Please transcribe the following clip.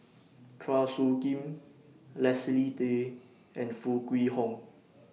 Chua Soo Khim Leslie Tay and Foo Kwee Horng